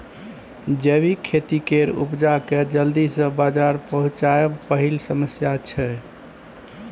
जैबिक खेती केर उपजा केँ जल्दी सँ बजार पहुँचाएब पहिल समस्या छै